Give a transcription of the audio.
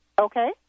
okay